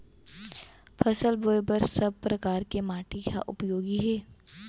फसल बोए बर का सब परकार के माटी हा उपयोगी हे?